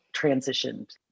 transitioned